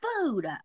food